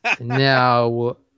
Now